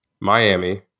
Miami